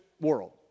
world